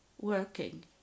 working